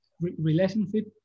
relationship